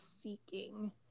seeking